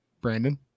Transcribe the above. Brandon